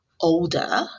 older